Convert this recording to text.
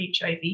HIV